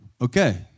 Okay